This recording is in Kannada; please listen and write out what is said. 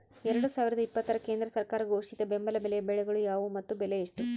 ಎರಡು ಸಾವಿರದ ಇಪ್ಪತ್ತರ ಕೇಂದ್ರ ಸರ್ಕಾರ ಘೋಷಿಸಿದ ಬೆಂಬಲ ಬೆಲೆಯ ಬೆಳೆಗಳು ಯಾವುವು ಮತ್ತು ಬೆಲೆ ಎಷ್ಟು?